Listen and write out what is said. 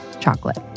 chocolate